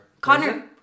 connor